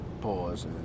Pause